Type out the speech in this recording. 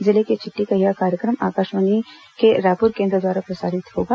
जिले की चिट्ठी का यह कार्यक्रम आकाशवाणी के रायपुर केंद्र द्वारा प्रसारित होगा